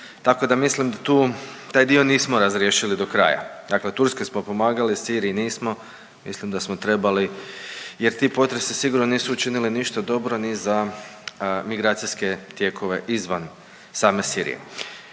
tako da mislim tu taj dio nismo razriješili do kraja. Dakle, Turskoj smo pomagali, Siriji nismo mislim da smo trebali jer ti potresi sigurno nisu učinili ništa dobro ni za migracijske tijekove izvan same Sirije.